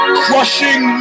crushing